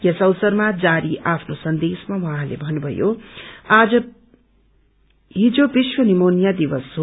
यस अवसरमा जारी आफ्नो सन्देशमा उहाँले भन्नुथयो आज विश्व निमोनिया दिवस हो